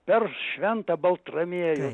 per šventą baltramiejų